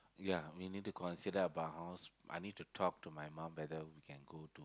ya we need to consider buy house I need to talk to my mum whether we can go